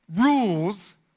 rules